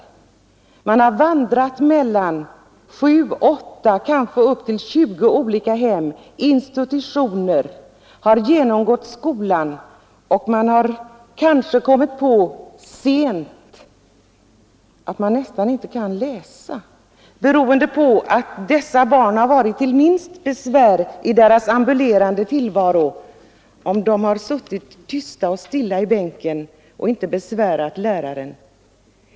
Dessa barn har vandrat mellan sju åtta, kanske upp till 20 olika hem och institutioner, de har genomgått skolan, och man har kanse sent kommit på att de nästan inte kan läsa, beroende på att dessa barn varit till minst besvär i sin ambulerande tillvaro om de suttit tysta och stilla i bänken och inte besvärat läraren.